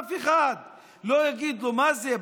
אף אחד לא יגיד לו: מה זה,